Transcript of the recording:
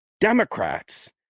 Democrats